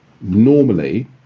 normally